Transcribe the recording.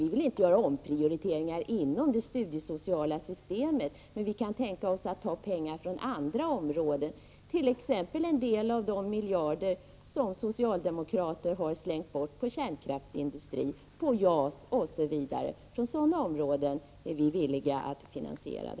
Vi vill inte göra omprioriteringar inom det studiesociala systemet, men vi kan tänka oss att ta pengar från andra områden, t.ex. en del av de miljarder som socialdemokrater har slängt bort på kärnkraftsindustrin, på JAS osv.